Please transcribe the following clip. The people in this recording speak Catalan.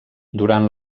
durant